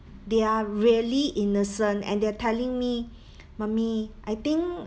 they are really innocent and they're telling me mummy I think